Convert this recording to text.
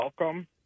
welcome